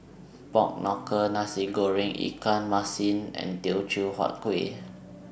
Pork Knuckle Nasi Goreng Ikan Masin and Teochew Huat Kueh